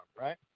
Right